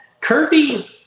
Kirby